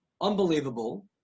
Unbelievable